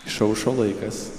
išaušo laikas